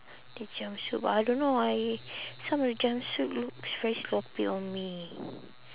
the jumpsuit but I don't know I some of the jumpsuit looks very sloppy on me